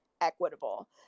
equitable